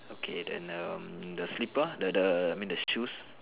okay then um the slipper the the I mean the shoes